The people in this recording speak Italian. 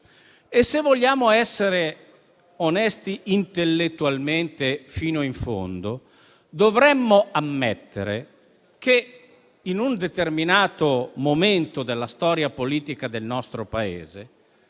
Se vogliamo essere onesti intellettualmente fino in fondo, dovremmo ammettere che in un determinato momento della storia politica del nostro Paese